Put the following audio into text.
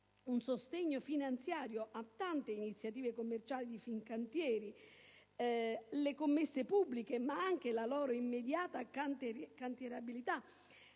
un sostegno finanziario a tante iniziative commerciali di Fincantieri, attraverso commesse pubbliche e la loro immediata cantierabilità.